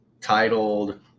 titled